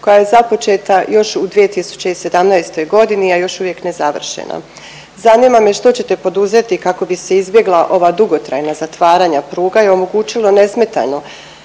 koja je započeta još u 2017.g., a još uvijek nezavršena. Zanima me što ćete poduzeti kako bi se izbjegla ova dugotrajna zatvaranja pruga i omogućilo nesmetano,